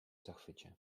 zachwycie